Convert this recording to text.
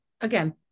again